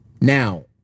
Now